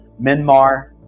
Myanmar